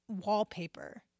wallpaper